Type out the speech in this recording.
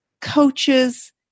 coaches